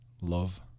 love